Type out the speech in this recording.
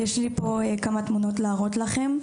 יש לי פה כמה תמונות להראות לכם.